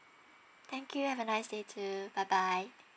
thank you have a nice day too bye bye